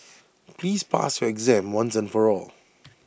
please pass your exam once and for all